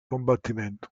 combattimento